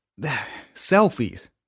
selfies